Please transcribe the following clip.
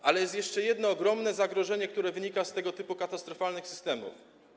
Natomiast jest jeszcze jedno ogromne zagrożenie, które wynika z tego typu katastrofalnych systemów.